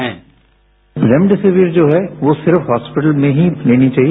sound bite remdesivir जो है वो सिर्फ हॉस्पिटल में ही लेनी चाहिए